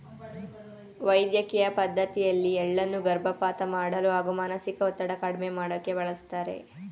ವೈದ್ಯಕಿಯ ಪದ್ಡತಿಯಲ್ಲಿ ಎಳ್ಳನ್ನು ಗರ್ಭಪಾತ ಮಾಡಲು ಹಾಗೂ ಮಾನಸಿಕ ಒತ್ತಡ ಕಡ್ಮೆ ಮಾಡೋಕೆ ಬಳಸ್ತಾರೆ